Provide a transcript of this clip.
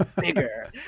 bigger